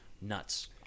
nuts